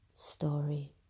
Story